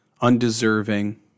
undeserving